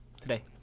today